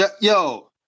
Yo